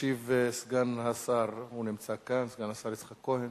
ישיב סגן השר יצחק כהן.